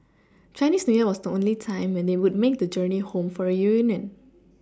Chinese new year was the only time when they would make the journey home for a reunion